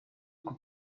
uko